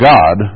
God